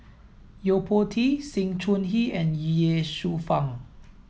Yo Po Tee Sng Choon he and Ye Shufang